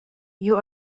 you